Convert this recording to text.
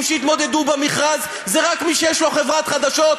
שיתמודדו במכרז זה רק מי שיש לו חברת חדשות,